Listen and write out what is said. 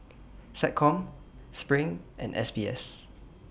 Seccom SPRING and S B S